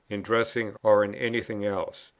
in dressing, or in any thing else.